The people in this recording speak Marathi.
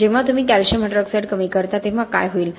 जेव्हा तुम्ही कॅल्शियम हायड्रॉक्साइड कमी करता तेव्हा काय होईल